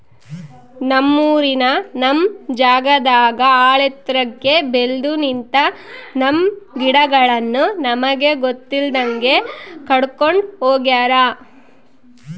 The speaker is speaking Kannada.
ನಮ್ಮೂರಿನ ನಮ್ ಜಾಗದಾಗ ಆಳೆತ್ರಕ್ಕೆ ಬೆಲ್ದು ನಿಂತ, ನಮ್ಮ ಗಿಡಗಳನ್ನು ನಮಗೆ ಗೊತ್ತಿಲ್ದಂಗೆ ಕಡ್ಕೊಂಡ್ ಹೋಗ್ಯಾರ